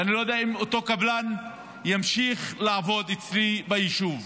ואני לא יודע אם אותו קבלן ימשיך לעבוד אצלי ביישוב.